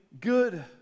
good